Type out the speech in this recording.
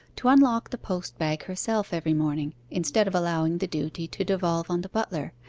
to unlock the post-bag herself every morning, instead of allowing the duty to devolve on the butler,